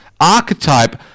archetype